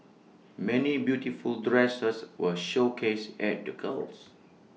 many beautiful dresses were showcased at the goals